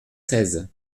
seize